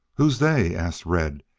who's they? asked red,